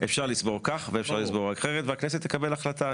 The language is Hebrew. אפשר לסגור כך ואפשר לסגור אחרת והכנסת תקבל החלטה.